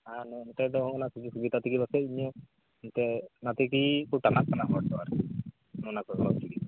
ᱟᱨ ᱱᱚᱱᱛᱮ ᱫᱚ ᱦᱚᱸᱜᱼᱚ ᱱᱟ ᱥᱩᱡᱚᱠ ᱥᱩᱵᱤᱫᱟ ᱛᱮᱜᱮ ᱯᱟᱥᱮᱡ ᱚᱱᱛᱮ ᱚᱱᱟᱛᱮᱜᱮ ᱠᱚ ᱴᱟᱱᱟᱜ ᱠᱟᱱᱟ ᱦᱚᱲ ᱫᱚ ᱟᱨᱠᱤ ᱚᱱᱟ ᱠᱚ